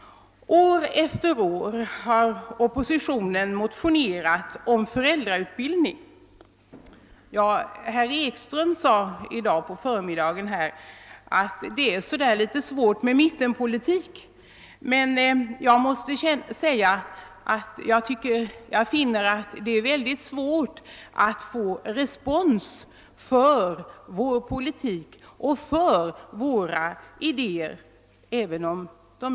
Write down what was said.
År efter år har oppositionen motionerat om föräldrarutbildningen. Herr Ekström sade i dag på förmiddagen att det är svårt med mittenpolitik. Jag för min del finner, att det är svårt att få respons för vår politik, även om våra idéer är vettiga.